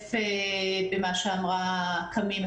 להשתתף במה שאמרה קאמי כהן,